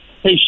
Hey